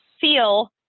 feel